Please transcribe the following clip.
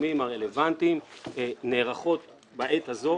הגורמים הרלוונטיים נערכות בעת הזו.